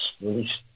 released